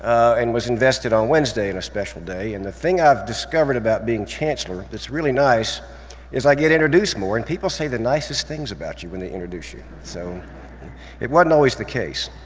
and was invested on wednesday, and a special day. and the thing i've discovered about being chancellor that's really nice is that i get introduced more, and people say the nicest things about you when they introduce you. so it wasn't always the case.